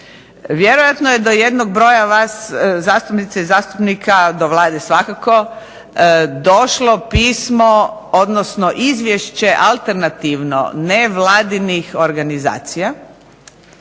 Vjerojatno je da jednog broja vas zastupnika i zastupnica do Vlade svakako, došlo pismo odnosno izvješće alternativno nevladinih organizacija,